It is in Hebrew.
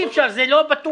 אי אפשר, זה לא בטיחותי.